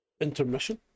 intermission